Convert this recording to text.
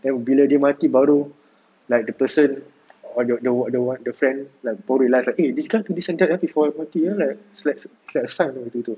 then bila dia mati baru like the person or the what the the what the friend like baru realise eh like this kind do this and that before to me like it's like sight gitu-gitu